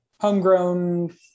homegrown